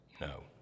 No